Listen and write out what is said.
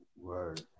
Word